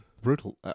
brutal